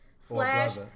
Slash